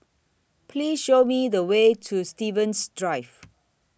Please Show Me The Way to Stevens Drive